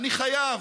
אני חייב.